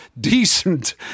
decent